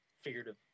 figurative